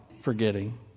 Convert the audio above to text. forgetting